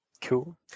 cool